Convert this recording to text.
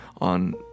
on